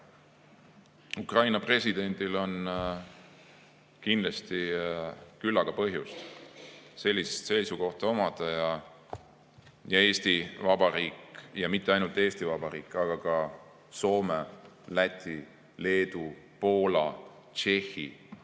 Ukraina presidendil on kindlasti küllaga põhjust sellist seisukohta omada. Eesti Vabariik ja mitte ainult Eesti Vabariik, vaid ka Soome, Läti, Leedu, Poola, Tšehhi